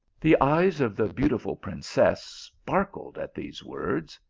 the eyes of the beautiful princess sparkled at these words,